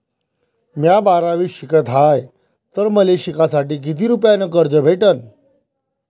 म्या बारावीत शिकत हाय तर मले शिकासाठी किती रुपयान कर्ज भेटन?